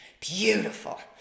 beautiful